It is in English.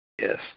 Yes